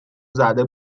زده